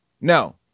no